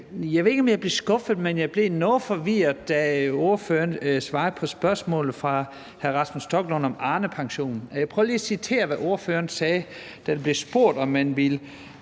Jeg ved ikke, om jeg blev skuffet, men jeg blev noget forvirret, da ordføreren svarede på spørgsmålet fra hr. Rasmus Stoklund om Arnepensionen. Jeg prøver lige at citere, hvad ordføreren sagde, da man blev spurgt, om man ville